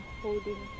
holding